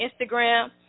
Instagram